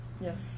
Yes